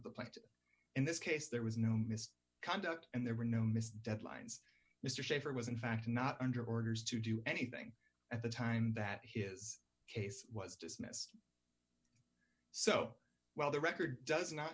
plant in this case there was no miss conduct and there were no missed deadlines mr shafer was in fact not under orders to do anything at the time that his case was dismissed so well the record does not